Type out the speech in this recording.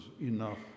enough